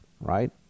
Right